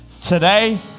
Today